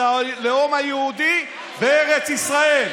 וזה הלאום היהודי בארץ ישראל.